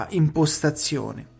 impostazione